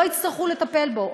לא יצטרכו לטפל בו,